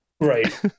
right